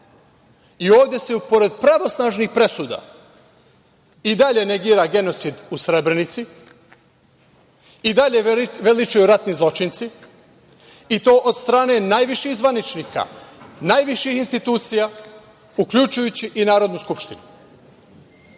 i ovde se pored pravosnažnih presuda i dalje negira genocid u Srebrenici, i dalje veličaju ratni zločinci i to od strane najviših zvaničnika, najviših institucija, uključujući i Narodnu skupštinu.